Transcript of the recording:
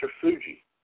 Fuji